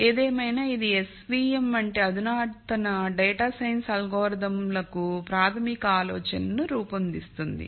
ఏదేమైనా ఇది s v m వంటి అధునాతన డేటా సైన్స్ అల్గోరిథంలకు ప్రాథమిక ఆలోచనను రూపొందిస్తుంది